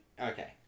Okay